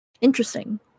Interesting